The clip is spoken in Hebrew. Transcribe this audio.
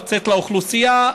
לצאת לאוכלוסייה,